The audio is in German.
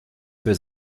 für